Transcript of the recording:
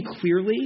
clearly